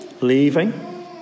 Leaving